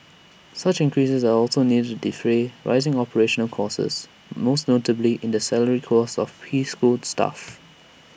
such increases are also needed to defray rising operational costs most notably in the salary costs of preschool staff